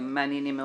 מעניינים מאוד.